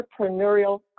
entrepreneurial